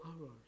hours